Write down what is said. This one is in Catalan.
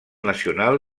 nacional